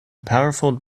powerful